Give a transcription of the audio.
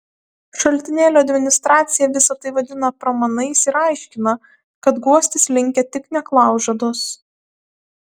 šaltinėlio administracija visa tai vadina pramanais ir aiškina kad guostis linkę tik neklaužados